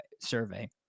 survey